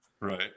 right